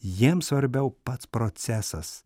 jiem svarbiau pats procesas